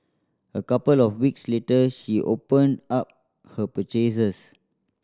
a couple of weeks later she opened up her purchases